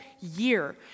year